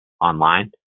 online